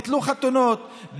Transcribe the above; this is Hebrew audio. ביטלו חתונות,